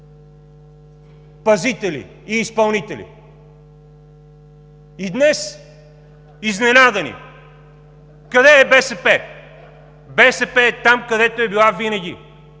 пазители и изпълнители. И днес, изненадани: „Къде е БСП?“ БСП е там, където е била винаги,